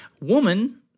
woman